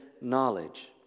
knowledge